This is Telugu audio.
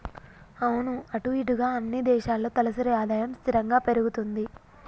అవును అటు ఇటుగా అన్ని దేశాల్లో తలసరి ఆదాయం స్థిరంగా పెరుగుతుంది